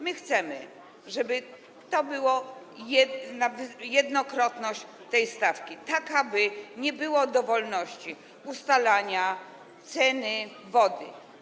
My chcemy, żeby to była jednokrotność tej stawki, aby nie było dowolności w ustalaniu ceny wody.